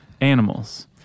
animals